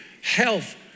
health